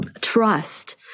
trust